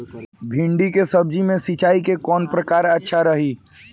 भिंडी के सब्जी मे सिचाई के कौन प्रकार अच्छा रही?